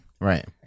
Right